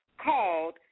called